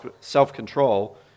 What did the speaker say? self-control